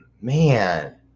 man